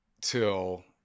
till